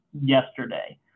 yesterday